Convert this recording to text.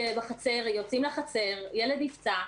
יוצאים לחצר, ילד נפצע,